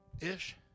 Ish